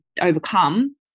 overcome